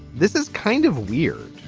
this is kind of weird.